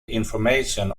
information